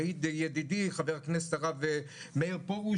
יעיד ידידי חבר הכנסת הרב מאיר פרוש,